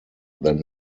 than